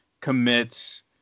commits